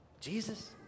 Jesus